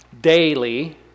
daily